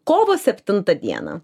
kovo septintą dieną